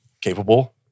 capable